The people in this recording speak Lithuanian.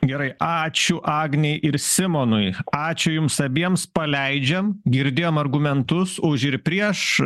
gerai ačiū agnei ir simonui ačiū jums abiems paleidžiam girdėjom argumentus už ir prieš